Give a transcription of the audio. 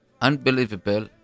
Unbelievable